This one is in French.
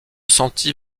sentit